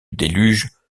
déluge